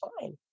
fine